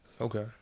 Okay